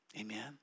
Amen